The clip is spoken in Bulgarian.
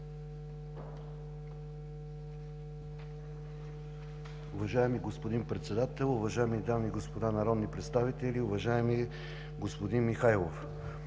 Уважаеми господин Председател, уважаеми дами и господа народни представители! Уважаеми господин Гечев,